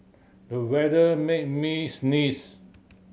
the weather made me sneeze